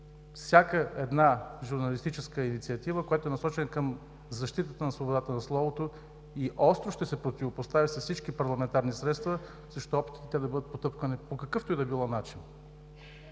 всяка една журналистическа инициатива, която е насочена към защитата на свободата на словото и остро ще се противопостави с всички парламентарни средства, срещу опитите те бъдат потъпкани по какъвто и да било начин!